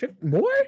More